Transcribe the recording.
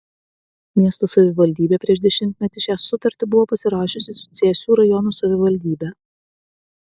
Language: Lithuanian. miesto savivaldybė prieš dešimtmetį šią sutartį buvo pasirašiusi su cėsių rajono savivaldybe